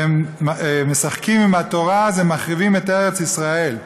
והם משחקים עם התורה, אז הם מחריבים את ארץ ישראל.